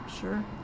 Sure